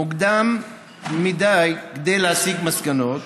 מוקדם מדי להסיק מסקנות,